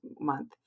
month